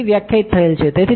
ભૂમિતિ વ્યાખ્યાયિત થયેલ છે